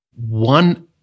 One